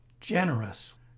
generous